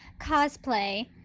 cosplay